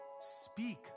Speak